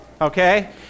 Okay